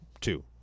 two